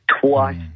Twice